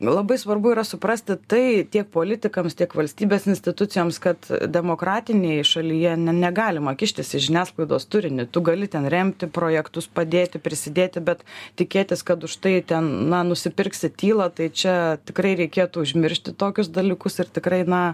labai svarbu yra suprasti tai tiek politikams tiek valstybės institucijoms kad demokratinėj šalyje ne negalima kištis į žiniasklaidos turinį tu gali ten remti projektus padėti prisidėti bet tikėtis kad už tai ten na nusipirksi tylą tai čia tikrai reikėtų užmiršti tokius dalykus ir tikrai na